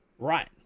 right